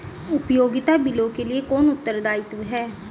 उपयोगिता बिलों के लिए कौन उत्तरदायी है?